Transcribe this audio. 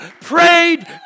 prayed